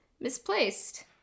misplaced